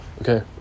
Okay